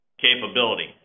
capability